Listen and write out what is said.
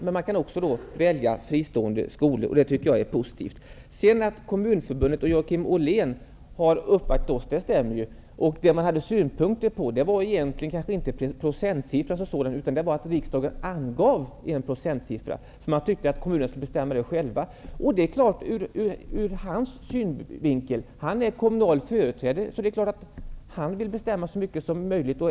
Man man har också möjlighet att välja en fristående skola, och det tycker jag är positivt. Det är riktigt att Kommunförbundet och Joakim Ollén har uppvaktat oss är riktigt. Vad man hade synpunkter på var egentligen inte procentsiffran i sig utan det var att riksdagen angav en procentsiffra. Man ansåg att kommunerna själva skulle få bestämma detta. Joakim Ollén är kommunal företrädare, och det är klart att han och andra kommunalpolitiker vill bestämma så mycket som möjligt.